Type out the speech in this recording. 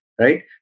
Right